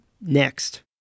next